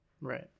Right